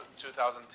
2010